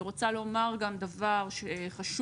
אני רוצה לומר גם דבר חשוב,